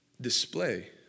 display